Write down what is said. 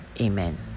amen